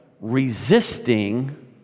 resisting